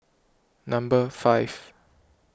number five